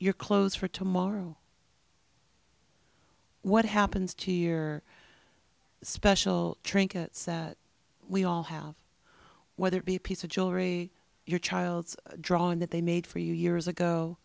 your clothes for tomorrow what happens to your special trinkets we all have whether it be a piece of jewelry your child's drawing that they made for you years ago